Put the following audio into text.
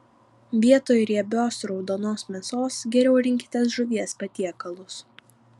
vietoj riebios raudonos mėsos geriau rinkitės žuvies patiekalus